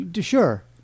Sure